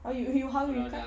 how you you how you cut